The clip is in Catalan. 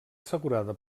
assegurada